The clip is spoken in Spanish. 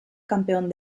campeón